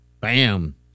Bam